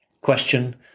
Question